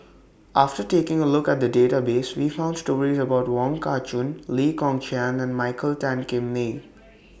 after taking A Look At The databases We found stories about Wong Kah Chun Lee Kong Chian and Michael Tan Kim Nei